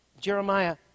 Jeremiah